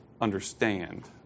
understand